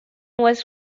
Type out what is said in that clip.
was